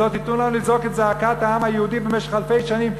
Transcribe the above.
שלא תיתנו לנו לזעוק את זעקת העם היהודי במשך אלפי שנים,